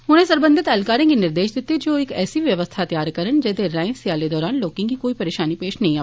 उनें सरबंधत ऐहलकारें गी निर्देश दित्ते जे ओह् इक नेही व्यवस्था तैयार करन जेहदे राएं स्याले दौरान लोकें गी कोई परेशानी पेश नेईं आ